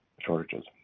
shortages